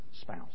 spouse